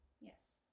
Yes